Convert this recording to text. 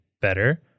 better